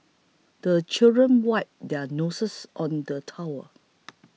the children wipe their noses on the towel